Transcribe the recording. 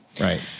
Right